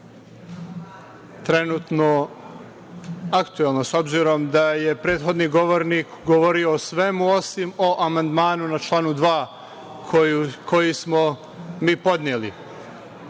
trenutno aktuelna, s obzirom da je prethodni govornik govorio o svemu, osim o amandmanu na član 2. koji smo mi podneli. Čuo